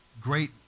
great